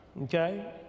Okay